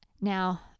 Now